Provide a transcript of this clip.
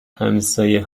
همسایه